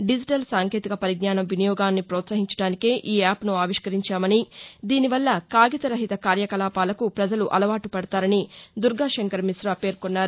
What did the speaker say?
digital సాంకేతిక వరిజ్ఞానం వినియోగాన్ని ప్రోత్సహించడానికే ఈ యావ్ను ఆవిష్కరించామని దీనివల్ల కాగిత రహిత కార్యకలాపాలకు ప్రజలు అలవాటు పడతారని దుర్గా శంకర్ మిశా పేర్కొన్నారు